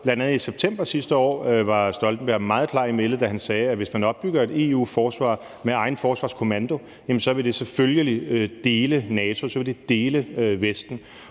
Bl.a. i september sidste år var Stoltenberg meget klar i mælet, da han sagde, at hvis man opbygger et EU-forsvar med egen forsvarskommando, vil det selvfølgelig dele NATO, så vil det dele Vesten.